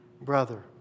brother